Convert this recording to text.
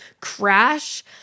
crash